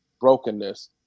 brokenness